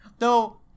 No